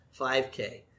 5K